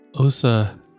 Osa